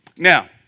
Now